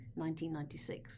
1996